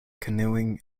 canoeing